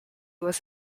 was